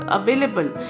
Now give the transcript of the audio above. available